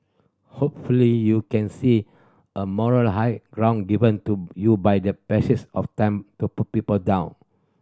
hopefully you can see a moral high ground given to you by the passage of time to put people down